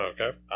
Okay